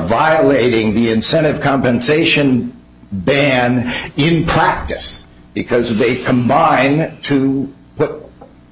violating the incentive compensation ban in practice because they combine to put